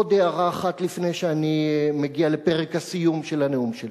עוד הערה אחת לפני שאני מגיע לפרק הסיום של הנאום שלי.